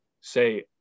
say